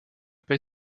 pas